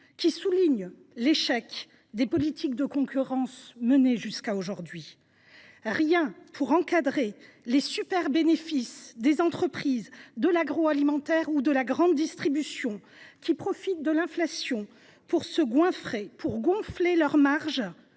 qui souligne l’échec des politiques de concurrence menées jusqu’à aujourd’hui. Rien pour encadrer les superbénéfices des entreprises, de l’agroalimentaire ou de la grande distribution, qui profitent de l’inflation pour « se goinfrer » en gonflant leurs marges